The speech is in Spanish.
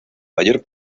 mayor